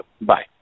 Bye